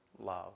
love